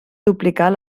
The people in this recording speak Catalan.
duplicar